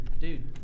dude